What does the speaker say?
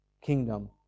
kingdom